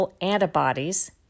antibodies